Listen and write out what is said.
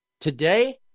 today